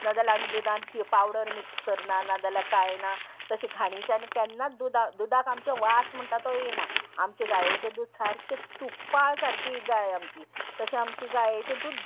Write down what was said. नाजाल्यार आमी दुदान पि पावडर मिक्स करना ना जाल्यार कांय ना तशें घाणीच्या आनी केन्नाच दुदा दुदाक आमचो वास म्हणटा तो येना आमचे गायेचें दूद सारकें तुप्पा सारकी गाय आमची तशें आमचें गायेचें दूद